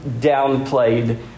downplayed